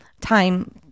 time